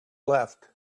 left